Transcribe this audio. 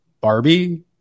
Barbie